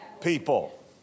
people